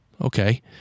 Okay